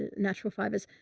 natural fibers.